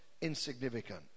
insignificant